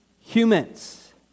Humans